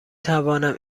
توانم